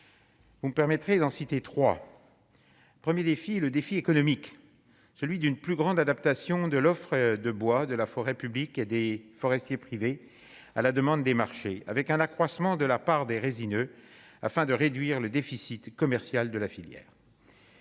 Vous me permettrez d'en citer 3 1er défi, le défi économique, celui d'une plus grande adaptation de l'offre de bois de la forêt publique et des forestiers privés à la demande des marchés avec un accroissement de la part des résineux, afin de réduire le déficit commercial de la filière.